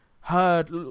heard